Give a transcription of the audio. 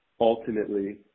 ultimately